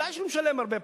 ודאי שהוא משלם הרבה פחות.